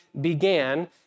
began